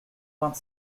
vingt